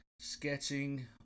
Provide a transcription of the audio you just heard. sketching